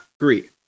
agree